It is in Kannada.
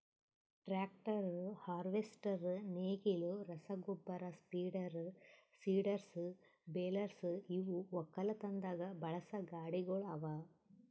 ಟ್ರ್ಯಾಕ್ಟರ್, ಹಾರ್ವೆಸ್ಟರ್, ನೇಗಿಲು, ರಸಗೊಬ್ಬರ ಸ್ಪ್ರೀಡರ್, ಸೀಡರ್ಸ್, ಬೆಲರ್ಸ್ ಇವು ಒಕ್ಕಲತನದಾಗ್ ಬಳಸಾ ಗಾಡಿಗೊಳ್ ಅವಾ